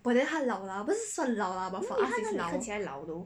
他哪里看起来老 hor